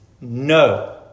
no